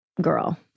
girl